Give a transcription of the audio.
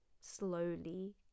slowly